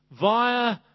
via